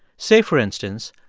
say, for instance,